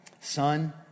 Son